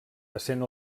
essent